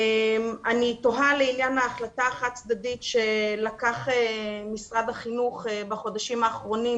אני תוהה לעניין ההחלטה החד-צדדית שלקח משרד החינוך בחודשים האחרונים